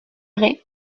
vrai